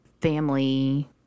family